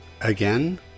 again